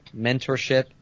mentorship